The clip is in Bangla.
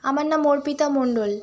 আমার নাম অর্পিতা মণ্ডল